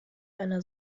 einer